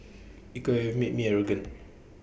IT could have made me arrogant